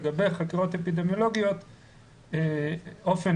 לגבי חקירות אפידמיולוגיות אופן